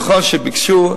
נכון שביקשו,